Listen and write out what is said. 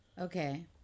Okay